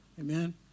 Amen